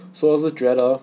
so 是觉得